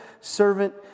servant